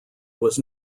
was